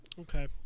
Okay